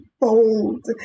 bold